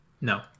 No